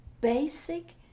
basic